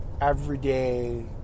everyday